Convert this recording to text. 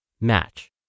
Match